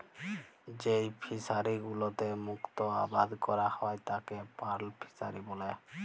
যেই ফিশারি গুলোতে মুক্ত আবাদ ক্যরা হ্যয় তাকে পার্ল ফিসারী ব্যলে